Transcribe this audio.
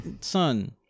son